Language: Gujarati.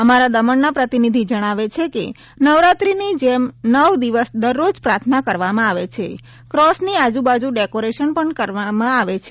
અમારા દમણના પ્રતિનિધિ જણાવે છે કે નવરાત્રિની જેમ નવ દિવસ દરરોજ પ્રાર્થના કરવામાં આવે છે ક્રોસની આજુબાજુ ડેકોરેશન પણ કરવામાં આવે છે